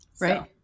Right